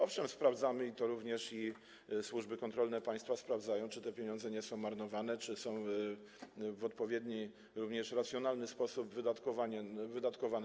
Owszem sprawdzamy, również służby kontrolne państwa to sprawdzają, czy te pieniądze nie są marnowane, czy są w odpowiedni, racjonalny sposób wydatkowane.